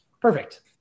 Perfect